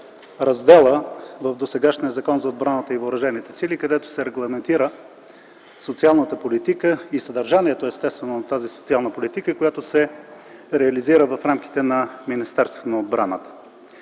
разделът в досегашния Закон за отбраната и въоръжените сили, където се регламентира социалната политика и съдържанието, естествено, на тази социална политика, която се реализира в рамките на Министерството на отбраната.